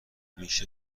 میشه